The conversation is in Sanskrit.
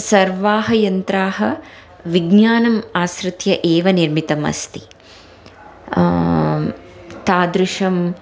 सर्वाणि यन्त्राणि विज्ञानम् आश्रित्य एव निर्मितम् अस्ति तादृशम्